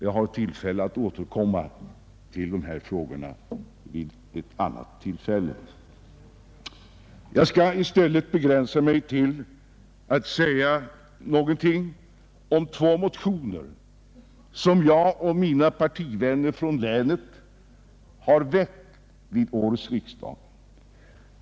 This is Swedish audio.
Jag har möjlighet att återkomma till dessa frågor vid ett annat tillfälle. Jag skall i stället säga något om två motioner som jag och mina partivänner från länet har väckt vid årets riksdag.